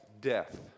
death